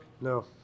No